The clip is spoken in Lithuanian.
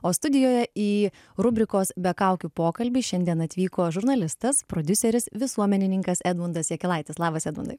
o studijoje į rubrikos be kaukių pokalbį šiandien atvyko žurnalistas prodiuseris visuomenininkas edmundas jakilaitis labas edmundai